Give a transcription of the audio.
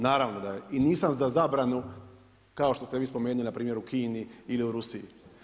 Naravno da je, i nisam za zabranu kao što ste vi spomenuli npr. u Kini ili u Rusiji.